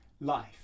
life